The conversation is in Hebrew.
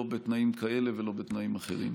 לא בתנאים כאלה ולא בתנאים אחרים.